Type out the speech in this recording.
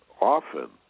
often